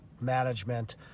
management